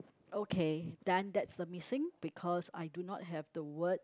okay done that's a missing because I do not have the word